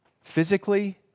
Physically